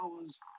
hours